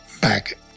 back